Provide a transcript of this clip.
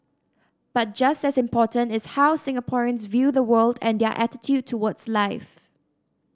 but just as important is how Singaporeans view the world and their attitude towards life